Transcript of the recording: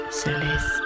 Celeste